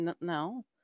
no